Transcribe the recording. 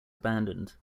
abandoned